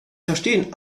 verstehen